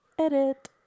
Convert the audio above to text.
Edit